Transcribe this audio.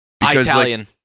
italian